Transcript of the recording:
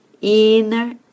Inner